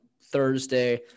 thursday